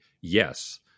yes